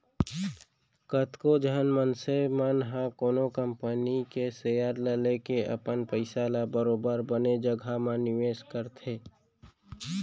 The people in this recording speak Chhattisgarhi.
कतको झन मनसे मन ह कोनो कंपनी के सेयर ल लेके अपन पइसा ल बरोबर बने जघा म निवेस करथे